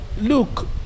look